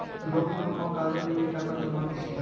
লোক যখন কোন কাজের লিগে টাকা জমাইতিছে